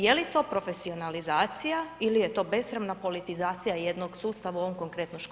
Je li to profesionalizacija ili je to besramna politizacija jednog sustava u ovom konkretno školstvu?